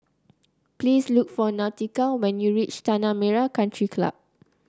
please look for Nautica when you reach Tanah Merah Country Club